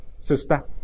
sister